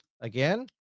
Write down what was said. again